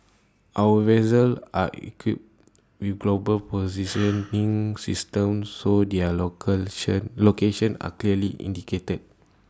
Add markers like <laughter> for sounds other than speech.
our vessels are equipped with global positioning <noise> systems so their <unintelligible> locations are clearly indicated